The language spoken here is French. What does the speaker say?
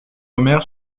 omer